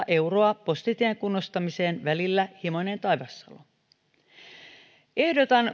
euroa postitien kunnostamiseen välillä himoinen taivassalo ehdotan